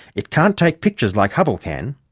it can't take pictures like hubble can,